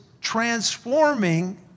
transforming